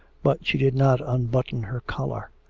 but she did not unbutton her collar.